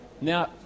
Now